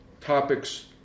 topics